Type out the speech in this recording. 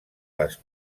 les